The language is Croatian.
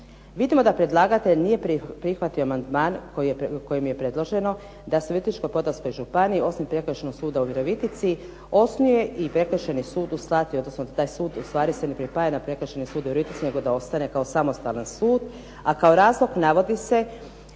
Vidimo da predlagatelj nije prihvatio amandman kojim je predloženo da se Virovitičko-podravskoj županiji osim Prekršajnog suda u Virovitici osnuje i Prekršajni sud u …., odnosno da taj sud ustvari se ne pripaja na Prekršajni sud … nego da ostane kao samostalan sud, a kao razlog navodi se